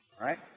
right